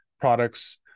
products